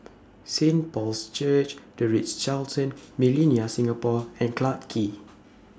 Saint Paul's Church The Ritz Carlton Millenia Singapore and Clarke Quay